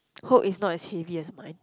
hope it's not as heavy as mine